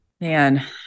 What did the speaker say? Man